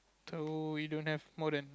so we don't have more than